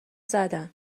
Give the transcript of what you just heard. زدن